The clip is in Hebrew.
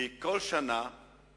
כי בכל שנה